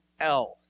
else